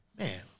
Man